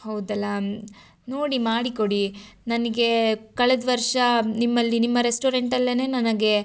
ಹೌದಲ್ಲಾ ನೋಡಿ ಮಾಡಿ ಕೊಡಿ ನನಗೆ ಕಳೆದ ವರ್ಷ ನಿಮ್ಮಲ್ಲಿ ನಿಮ್ಮ ರೆಸ್ಟೋರೆಂಟಲ್ಲೆ ನನಗೆ